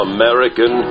American